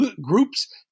groups